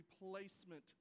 replacement